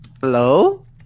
Hello